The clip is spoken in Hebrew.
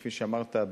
כפי שאמרת,